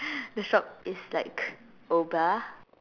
the shop is like oppa